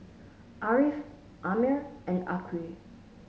Ariff Ammir and Aqil